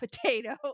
potato